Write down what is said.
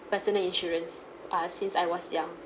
personal insurance uh since I was young